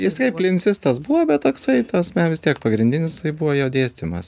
jisai ir klinicistas buvo bet toksai ta prasme vis tiek pagrindinis tai buvo jo dėstymas